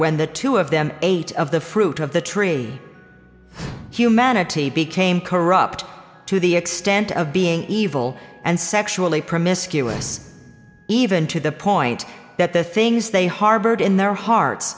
when the two of them ate of the fruit of the tree humanity became corrupt to the extent of being evil and sexually promiscuous even to the point that the things they harbored in their hearts